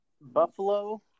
buffalo